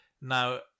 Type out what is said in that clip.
Now